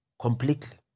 completely